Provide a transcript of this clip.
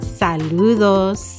saludos